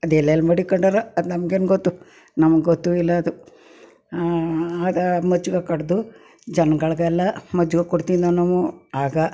ಅದೆಲ್ಲೆಲ್ಲ ಮಡಿಕೊಂಡರೋ ಅದು ನಮ್ಗೇನು ಗೊತ್ತು ನಮ್ಗೆ ಗೊತ್ತೂ ಇಲ್ಲ ಅದು ಅದು ಮಜ್ಗೆ ಕಡಿದು ಜನಗಳ್ಗೆಲ್ಲ ಮಜ್ಗೆ ಕೊಡ್ತಿದ್ವಿ ನಾವು ಆಗ